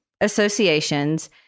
associations